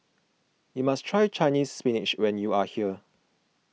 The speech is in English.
you must try Chinese Spinach when you are here